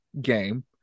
game